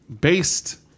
based